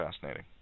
fascinating